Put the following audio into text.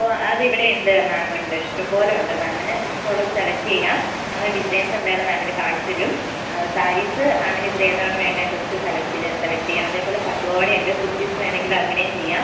ഓ അത് ഇവിടെ ഉണ്ട് മാം ഉണ്ട് ഇഷ്ടം പോല ഉണ്ട് മാമിന് ഇഷ്ടം ഉള്ളത് സെലക്ട് ചെയ്യാം ഞങ്ങൾ ഡിസൈൻസ് എന്തായാലും മാമിന് കാണിച്ച് തരും സാരീസ് മാമിന് ഇതിൽ ഏതാണ് വേണ്ടത് ബെസ്റ്റ് സെലക്ട് ചെയ്ത് സെലക്ട് ചെയ്യാം അതുപോലെ പട്ടു പാവാട ഉണ്ട് കുർത്തീസ് വേണമെങ്കിൽ അങ്ങനെയും ചെയ്യാം